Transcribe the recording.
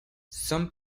some